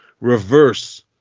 reverse